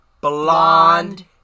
Blonde